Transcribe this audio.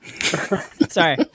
Sorry